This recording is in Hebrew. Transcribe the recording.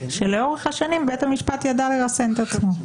שלאורך השנים בית המשפט ידע לרסן את עצמו.